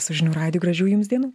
su žinių radiju gražių jums dienų